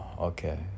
Okay